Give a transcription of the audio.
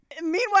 Meanwhile